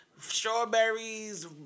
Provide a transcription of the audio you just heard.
strawberries